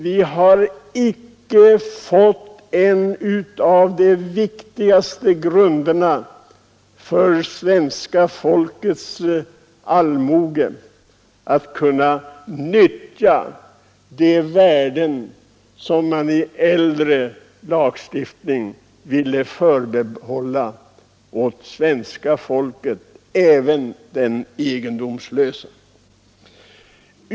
Vi har icke fått en av de viktigaste grunderna för att svenska folket skall kunna nyttja de värden som man i äldre lagstiftning ville förbehålla svenska folket, även den egendomslöse.